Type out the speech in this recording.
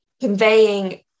conveying